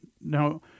Now